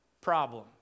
problem